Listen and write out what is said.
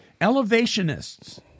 elevationists